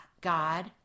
God